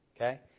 Okay